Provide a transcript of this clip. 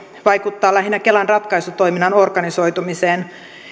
vaikuttaa lähinnä kelan ratkaisutoiminnan organisoitumiseen